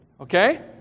Okay